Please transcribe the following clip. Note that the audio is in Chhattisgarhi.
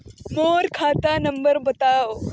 मोर खाता नम्बर बताव?